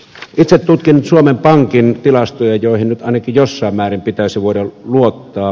itse tutkin suomen pankin tilastoja joihin nyt ainakin jossain määrin pitäisi voida luottaa